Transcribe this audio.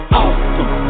awesome